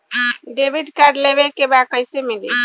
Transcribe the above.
Debit card लेवे के बा कईसे मिली?